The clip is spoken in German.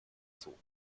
zoo